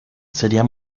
sería